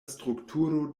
strukturo